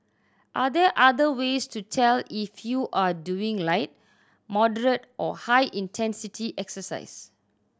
are there other ways to tell if you are doing light or high intensity exercise